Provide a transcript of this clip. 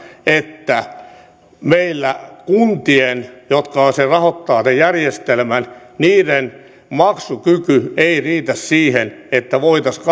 että meillä kuntien jotka rahoittavat sen järjestelmän maksukyky ei riitä siihen että voitaisiin